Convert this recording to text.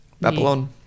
Babylon